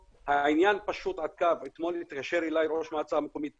העניין הוא שאתמול התקשר אלי ראש המועצה המקומית בסמ"ה,